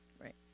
Right